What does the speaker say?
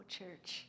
church